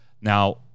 Now